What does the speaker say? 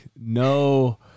no